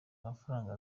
mafaranga